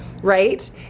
right